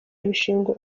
ibishingwe